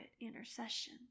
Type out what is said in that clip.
intercession